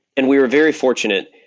and we were very fortunate,